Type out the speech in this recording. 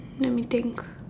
let me think